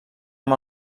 amb